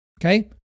okay